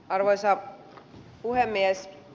arvoisa puhemies